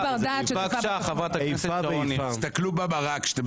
תסתכלו במראה.